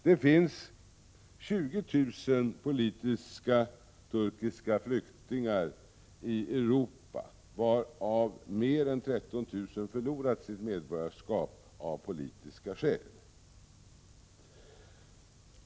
Det finns 20 000 turkiska politiska flyktingar i Europa, varav mer än 13 000 har förlorat sitt medborgarskap av politiska skäl.